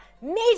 major